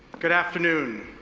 good afternoon.